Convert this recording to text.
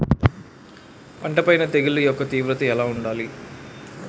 పంట పైన తెగుళ్లు యెక్క తీవ్రత ఎలా ఉంటుంది